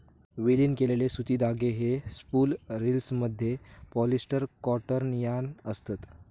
विलीन केलेले सुती धागे हे स्पूल रिल्समधले पॉलिस्टर कॉटन यार्न असत